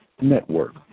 Network